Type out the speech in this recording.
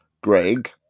Greg